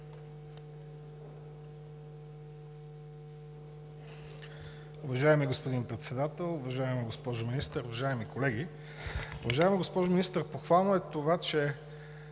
Уважаеми господин Председател, уважаема госпожо Министър, уважаеми колеги! Уважаема госпожо Министър, похвално е това, че